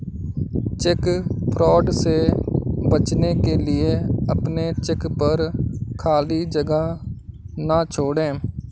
check fraud से बचने के लिए अपने चेक पर खाली जगह ना छोड़ें